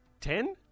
Ten